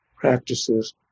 practices